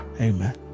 Amen